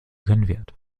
brennwert